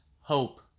hope